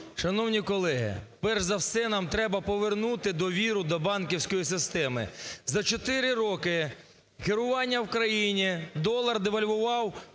Шановні колеги, перш за все, нам треба повернути довіру до банківської системи. За 4 роки керування в країні долар девальвував…